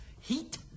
Heat